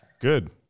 Good